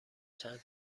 چند